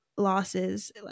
losses